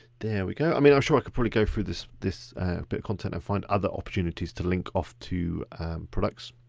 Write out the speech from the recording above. there we go. i mean, i'm sure i could probably go through this this bit of content and find other opportunities to link off to products.